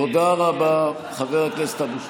תודה רבה, חבר הכנסת אבו שחאדה.